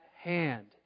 hand